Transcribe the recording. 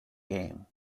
game